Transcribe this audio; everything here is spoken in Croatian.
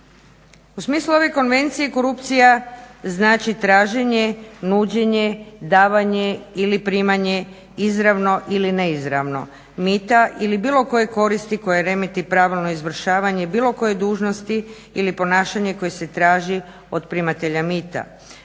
U smislu ove konvencije korupcija znači traženje, nuđenje, davanja ili primanje izravno ili neizravno mita ili bilo koje koristi koje remeti pravilno izvršavanje bilo koje dužnosti ili ponašanje koje se traži od primatelja mita,